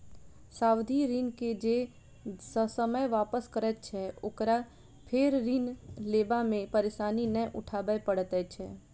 सावधि ऋण के जे ससमय वापस करैत छै, ओकरा फेर ऋण लेबा मे परेशानी नै उठाबय पड़ैत छै